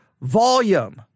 volume